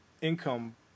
income